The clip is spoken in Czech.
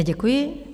Děkuji.